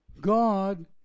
God